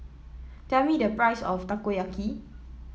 tell me the price of Takoyaki